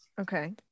Okay